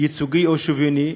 ייצוגי או שוויוני.